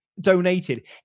donated